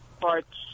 Parts